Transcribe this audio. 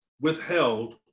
withheld